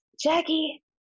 Jackie